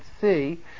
see